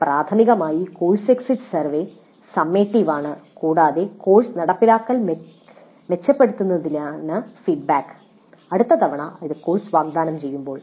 പ്രാഥമികമായി course exit survey summative ആണ് കൂടാതെ കോഴ്സ് നടപ്പിലാക്കൽ മെച്ചപ്പെടുത്തുന്നതിനാണ് ഫീഡ്ബാക്ക് അടുത്ത തവണ കോഴ്സ് വാഗ്ദാനം ചെയ്യുമ്പോൾ